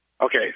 Okay